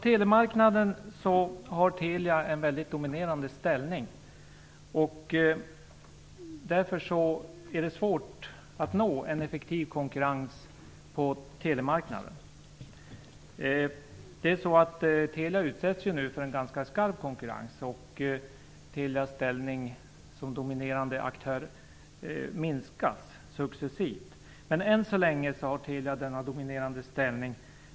Telia har en dominerande ställning på telemarknaden. Därför är det svårt att uppnå målet om en effektiv konkurrens på telemarknaden. Telia utsätts nu för en ganska skarp konkurrens, och Telias ställning som dominerande aktör minskas successivt. Men än så länge har Telia denna dominerande ställning.